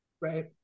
right